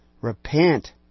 Repent